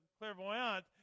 clairvoyant